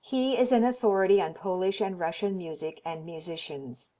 he is an authority on polish and russian music and musicians.